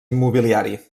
immobiliari